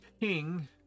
ping